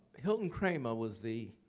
hilton kramer was the